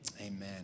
Amen